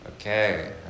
Okay